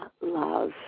love